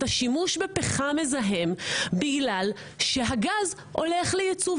השימוש בפחם מזהם כי הגז הולך ליצוא.